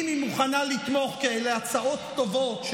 אם היא מוכנה לתמוך כי אלה הצעות טובות,